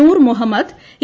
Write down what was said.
Noor Muhammad A